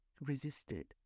resisted